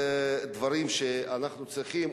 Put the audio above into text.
כבוד השרה תשיב בשם שר הבריאות.